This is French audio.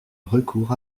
recours